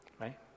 right